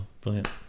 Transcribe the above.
brilliant